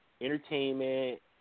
entertainment